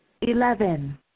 Eleven